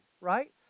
right